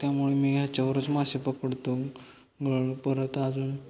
त्यामुळे मी ह्याच्यावरच मासे पकडतो गळ परत आजून